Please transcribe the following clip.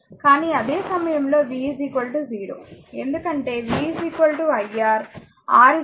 కానీ v అదే సమయంలో v 0 ఎందుకంటే v iR R 0 అయితే v 0